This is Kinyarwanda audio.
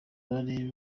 bari